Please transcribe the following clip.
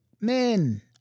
men